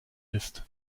ist